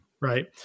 right